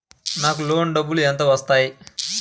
నాకు లోన్ డబ్బులు ఎంత వస్తాయి?